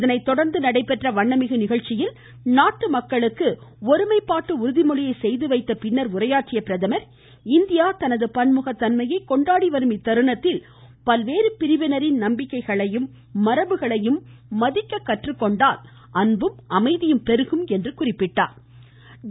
இதனை தொடர்ந்து நடைபெற்ற வண்ணமிகு நிகழ்ச்சியில் நாட்டு மக்களுக்கு ஒருமைப்பாட்டு உறுதிமொழியை செய்துவைத்த பின்னர் உரையாற்றிய பிரதமர் இந்தியா தனது பன்முகத்தன்மையை கொண்டாடி வரும் இத்தருணத்தில் பல்வேறு பிரிவினரின் நம்பிக்கைகளையும் மரபுகளையும் மதிக்க கற்றுக்கொண்டால் அன்பும் அமைதியும் பெருகும் என்றார்